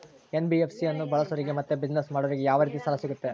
NBFC ಅನ್ನು ಬಳಸೋರಿಗೆ ಮತ್ತೆ ಬಿಸಿನೆಸ್ ಮಾಡೋರಿಗೆ ಯಾವ ರೇತಿ ಸಾಲ ಸಿಗುತ್ತೆ?